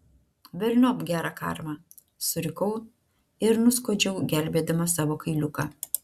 velniop gerą karmą surikau ir nuskuodžiau gelbėdama savo kailiuką